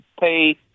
pay